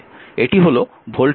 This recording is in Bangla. এটি হল ভোল্টেজ উৎস